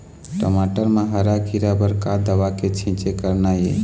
टमाटर म हरा किरा बर का दवा के छींचे करना ये?